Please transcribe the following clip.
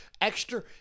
extra